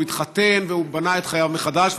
הוא התחתן ובנה את חייו מחדש,